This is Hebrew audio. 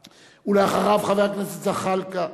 אחריו, חבר הכנסת זחאלקה,